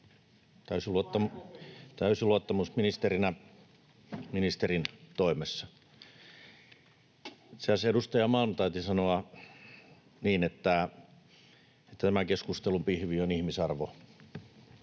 Onko RKP:llä?] ministerinä, ministerin toimessa. Itse asiassa edustaja Malm taisi sanoa niin, että tämän keskustelun pihvi on ihmisarvo.